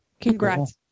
Congrats